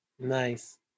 nice